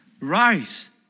Rise